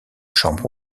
chambre